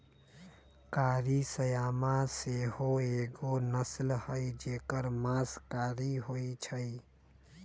कारी श्यामा सेहो एगो नस्ल हई जेकर मास कारी होइ छइ